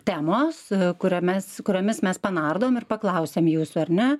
temos kuriomis kuriomis mes panardom ir paklausiam jūsų ar ne